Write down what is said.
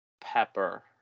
pepper